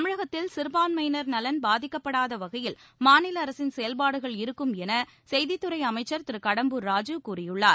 தமிழகத்தில் சிற்பான்மையினர் நலன் பாதிக்கப்படாத வகையில் மாநில அரசின் செயல்பாடுகள் இருக்கும் என செய்தித்துறை அமைச்சர் திரு கடம்பூர் ராஜூ கூறியுள்ளார்